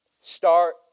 Start